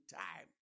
time